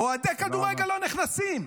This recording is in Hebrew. אוהדי כדורגל לא נכנסים.